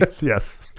Yes